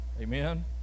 Amen